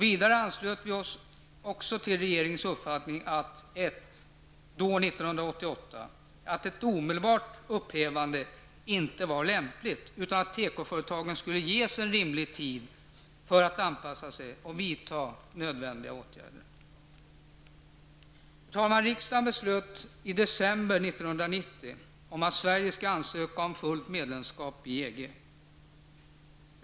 Vidare anslöt vi oss 1988 till regeringens uppfattning att ett omedelbart upphävande inte var lämpligt utan tekoföretagen skulle ges en rimlig tid för att anpassa sig och företa nödvändiga åtgärder. Herr talman! Riksdagen beslutade i december 1990 att Sverige skall ansöka om fullt medlemskap i EG.